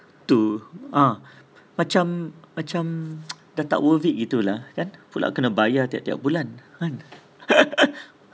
two ah macam macam dah tak worth it gitu lah kan pulak kena bayar tiap-tiap bulan